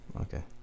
Okay